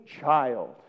child